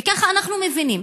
וכך אנחנו מבינים.